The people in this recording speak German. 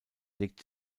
legt